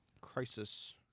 crisis